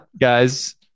guys